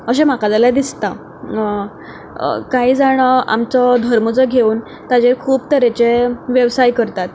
अशें म्हाका जाल्यार दिसता कांय जाण आमचो धर्म जो घेवन ताजे खूब तरेचे वेवसाय करतात